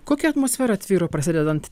kokia atmosfera tvyro prasidedant